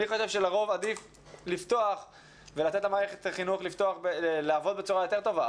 אני חושב שלרוב עדיף לפתוח ולתת למערכת החינוך לעבוד בצורה יותר טובה,